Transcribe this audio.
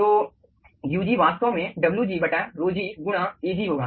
तो ug वास्तव में wg ρg गुणा Ag होगा